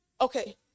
Okay